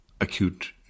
acute